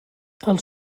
els